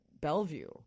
Bellevue